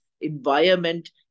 environment